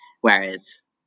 whereas